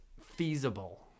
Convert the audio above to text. feasible